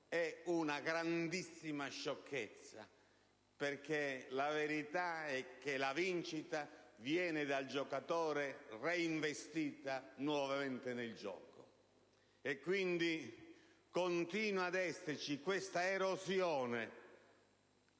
è una grandissima sciocchezza: la verità è che la vincita viene dal giocatore reinvestita nuovamente nel gioco, quindi, continua ad esserci questa erosione